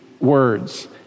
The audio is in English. words